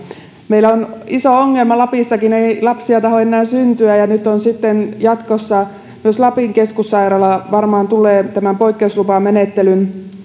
meillä on iso ongelma lapissakin ei lapsia tahdo enää syntyä ja nyt sitten jatkossa myös lapin keskussairaala varmaan tulee tämän poikkeuslupamenettelyn